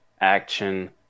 action